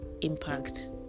impact